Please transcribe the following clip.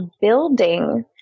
building